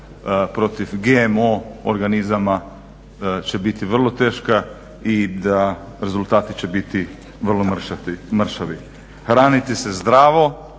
protiv GMO organizama će biti vrlo teška i da rezultati će biti vrlo mršavi. Hraniti se zdravo,